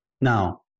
Now